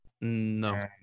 No